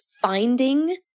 finding